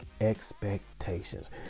expectations